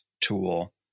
tool